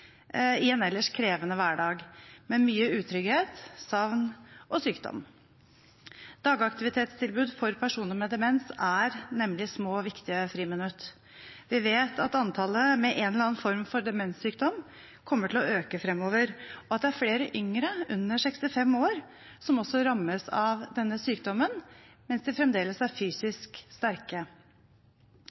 i en ellers krevende hverdag med mye utrygghet, savn og sykdom. Dagaktivitetstilbud for personer med demens er nemlig små og viktige friminutt. Vi vet at antallet personer med en eller annen form for demenssykdom kommer til å øke framover, og at det også er flere yngre under 65 år som rammes av denne sykdommen mens de fremdeles er fysisk sterke.